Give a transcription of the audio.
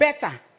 better